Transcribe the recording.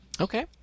Okay